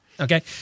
okay